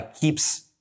keeps